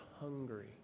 hungry